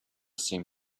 seem